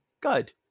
Good